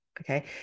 okay